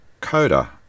Coda